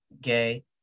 gay